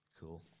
Cool